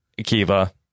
Akiva